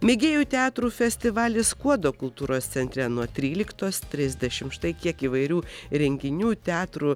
mėgėjų teatrų festivalis skuodo kultūros centre nuo tryliktos trisdešimt štai kiek įvairių renginių teatrų